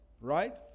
Right